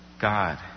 God